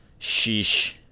sheesh